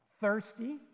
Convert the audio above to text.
thirsty